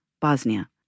Bosnia